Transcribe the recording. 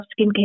skincare